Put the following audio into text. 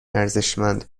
ارزشمند